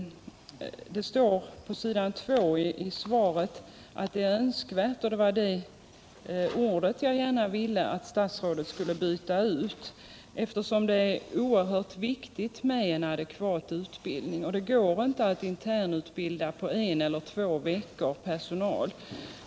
Det står på s. 2 i svaret att det är önskvärt med utbildning. Det var ordet önskvärt jag gärna ville att statsrådet skulle byta ut, eftersom det är oerhört viktigt med en adekvat utbildning. Det går inte att internutbilda personal på en eller två veckor.